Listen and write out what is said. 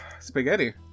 spaghetti